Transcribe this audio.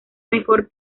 mejor